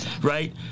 right